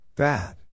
Bad